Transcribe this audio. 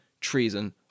treason